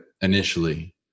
initially